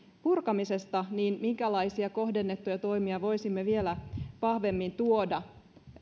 purkamisesta että minkälaisia kohdennettuja toimia voisimme vielä vahvemmin tuoda